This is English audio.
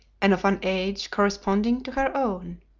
and of an age corresponding to her own.